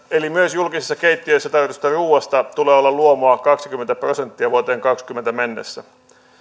eli myös julkisissa keittiöissä tarjotusta ruoasta tulee olla luomua kaksikymmentä prosenttia vuoteen kaksituhattakaksikymmentä mennessä